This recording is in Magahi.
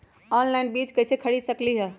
ऑनलाइन बीज कईसे खरीद सकली ह?